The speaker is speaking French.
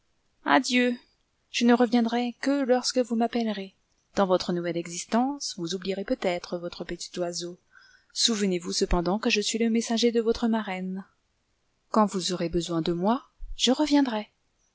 adieu je ne reviendrai que lorsque vous m'appellerez dans votre nouvelle existence vous oublierez peut-être votre petit oiseau souvenez vous cependant que je suis le messager de votre ly marraine quand vous aurez besoin de moi je reviendrai